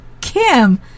Kim